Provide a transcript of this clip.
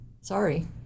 Sorry